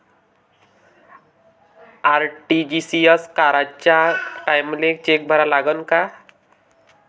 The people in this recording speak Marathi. आर.टी.जी.एस कराच्या टायमाले चेक भरा लागन का?